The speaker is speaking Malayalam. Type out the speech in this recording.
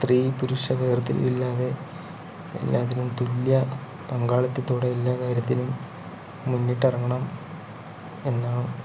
സ്ത്രീ പുരുഷ വേർതിരിവില്ലാതെ എല്ലാത്തിനും തുല്യ പങ്കാളിത്തത്തോടെ എല്ലാ കാര്യത്തിനും മുന്നിട്ടിറങ്ങണം എന്നാണ്